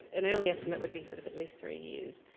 an early estimate would be, sort of, at least three years.